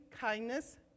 kindness